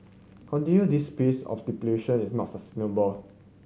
continuing this pace of depletion is not sustainable